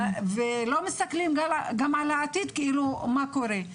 וגם לא מסתכלים על העתיד, כאילו מה קורה.